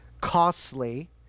costly